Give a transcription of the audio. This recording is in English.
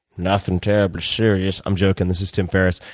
nothing terribly serious. i'm joking. this is tim ferriss.